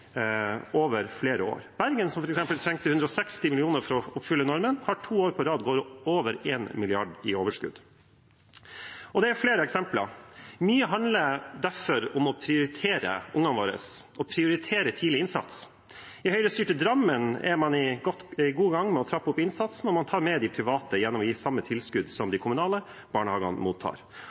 over flere år. Bergen, f.eks., som trengte 160 mill. kr for å oppfylle normen, har to år på rad gått med overskudd på over 1 mrd. kr. Og det er flere eksempler. Mye handler derfor om å prioritere ungene våre og prioritere tidlig innsats. I Høyre-styrte Drammen er man godt i gang med å trappe opp innsatsen, og man tar med de private gjennom å gi dem samme tilskudd som de kommunale barnehagene mottar.